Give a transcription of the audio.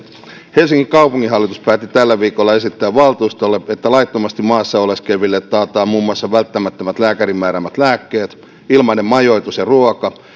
helsingin kaupunginhallitus päätti tällä viikolla esittää valtuustolle että laittomasti maassa oleskeleville taataan muun muassa välttämättömät lääkärin määräämät lääkkeet ilmainen majoitus ja ruoka